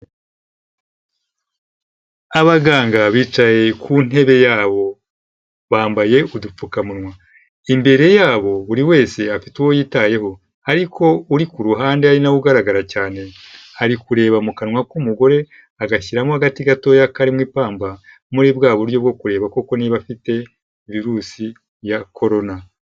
Abaganga bicaye ku ntebe yabo, bambaye udupfukamunwa. Imbere yabo buri wese afite uwo yitayeho ariko uri ku ruhande ari na we ugaragara cyane, ari kureba mu kanwa k'umugore, agashyiramo agati gatoya karimo ipamba muri bwa buryo bwo kureba koko niba afite virusi ya corona.